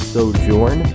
Sojourn